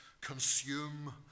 consume